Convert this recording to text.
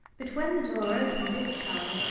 but when the door opened this time,